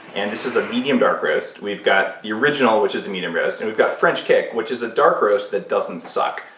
and this is a medium dark roast. we've got the original, which is a medium roast, and we've got french kick, which is a dark roast that doesn't suck.